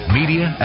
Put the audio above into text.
media